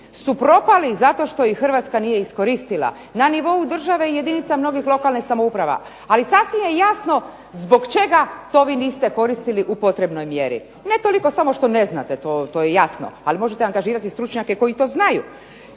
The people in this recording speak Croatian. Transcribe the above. su propali zato što ih Hrvatska nije iskoristila, na nivou države i jedinica mnogih lokalnih samouprava, ali sasvim je jasno zbog čega to vi niste koristili u potrebnoj mjeri. Ne toliko samo što ne znate, to je jasno, ali možete angažirati stručnjake koji to znaju.